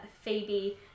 Phoebe